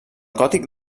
gòtic